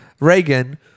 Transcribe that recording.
Reagan